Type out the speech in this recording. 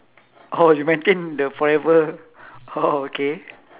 oh you maintain the forever oh okay